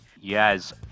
Yes